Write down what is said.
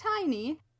tiny